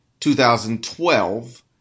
2012